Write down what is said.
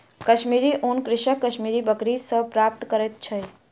कश्मीरी ऊन कृषक कश्मीरी बकरी सॅ प्राप्त करैत अछि